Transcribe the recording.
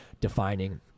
defining